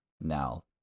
now